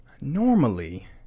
normally